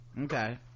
okay